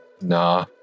Nah